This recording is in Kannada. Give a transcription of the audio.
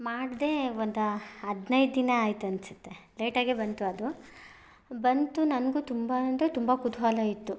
ಮಾಡಿದೆ ಒಂದದು ಹದಿನೈದು ದಿನ ಆಯ್ತು ಅನಿಸುತ್ತೆ ಲೇಟಾಗೆ ಬಂತು ಅದು ಬಂತು ನನಗು ತುಂಬ ಅಂದರೆ ತುಂಬ ಕುತೂಹಲ ಇತ್ತು